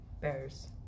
Bears